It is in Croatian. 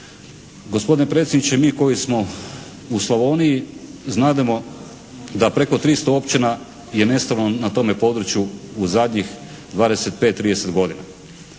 Gospodine predsjedniče, mi koji smo u Slavoniji znademo da preko 300 općina je nestalo na tome području u zadnjih 25, 30 godina.